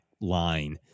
line